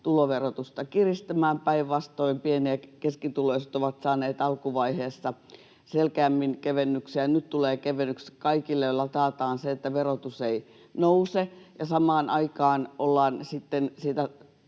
tuloverotusta kiristämään. Päinvastoin pieni‑ ja keskituloiset ovat saaneet alkuvaiheessa selkeämmin kevennyksen, ja nyt tulee kevennykset kaikille, joilla taataan se, että verotus ei nouse, ja samaan aikaan ollaan sitten sitä